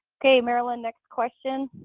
okay marilyn, next question.